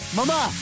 Mama